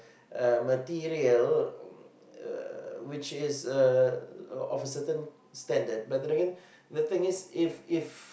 uh material uh which is uh of a certain standard but then again the thing is if if